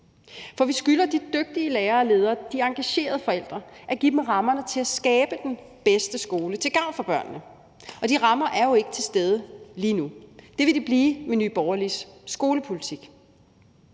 For vi skylder de dygtige lærere, ledere og engagerede forældre at give dem rammerne til at skabe den bedste skole til gavn for børnene, og de rammer er jo ikke til stede lige nu. Det vil de blive med Nye Borgerliges skolepolitik.